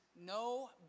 no